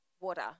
water